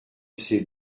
c’est